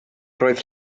roedd